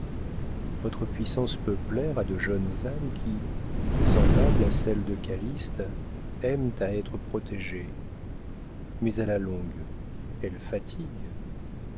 votre puissance peut plaire à de jeunes âmes qui semblables à celle de calyste aiment à être protégées mais à la longue elle fatigue